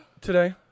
Today